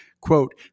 Quote